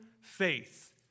faith